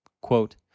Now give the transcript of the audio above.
Quote